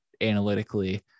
analytically